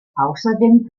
außerdem